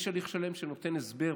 יש הליך שלם שנותן הסבר,